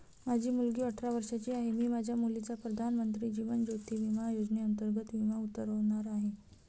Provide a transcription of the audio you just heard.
माझी मुलगी अठरा वर्षांची आहे, मी माझ्या मुलीचा प्रधानमंत्री जीवन ज्योती विमा योजनेअंतर्गत विमा उतरवणार आहे